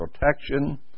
protection